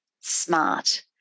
smart